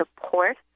support